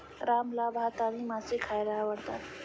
रामला भात आणि मासे खायला आवडतात